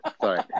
Sorry